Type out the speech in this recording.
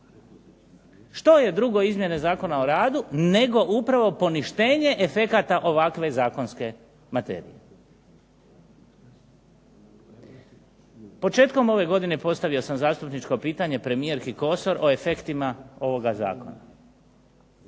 Što je drugo izmjene Zakona o radu nego upravo poništenje efekata ovakve zakonske materije. Početkom ove godine postavio sam zastupničko pitanje premijerki Kosor o efektima ovoga zakona.